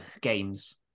games